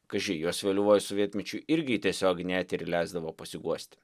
kaži juos vėlyvuoju sovietmečiu irgi į tiesioginį eterį leisdavo pasiguosti